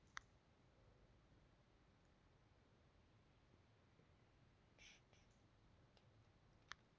ಎರ್ಡ್ಸಾವರ್ದಾ ಹದ್ನಾರರ್ ಕಿಂತಾ ಮುಂಚೆನೂ ಒಂದಸಲೆ ಹತ್ತೊಂಬತ್ನೂರಾ ಎಪ್ಪತ್ತೆಂಟ್ರಾಗ ನೊಟ್ ಅಮಾನ್ಯೇಕರಣ ಮಾಡಿದ್ರು